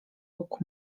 łuk